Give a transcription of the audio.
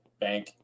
bank